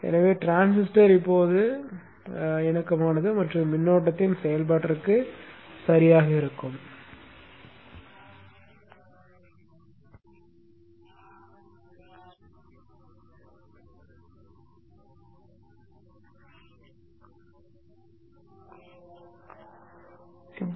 எனவே டிரான்சிஸ்டர் இப்போது இணக்கமானது மற்றும் மின்னோட்டத்தின் செயல்பாட்டிற்கு சரியானது